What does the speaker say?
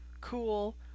cool